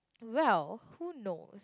well who knows